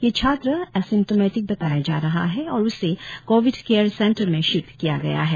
यह छात्र एसिम्टोमेटिक बताया जा रहा है और उसे कोविड केयर सेंटर में शिफ्ट किया गया है